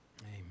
Amen